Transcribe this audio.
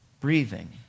breathing